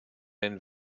den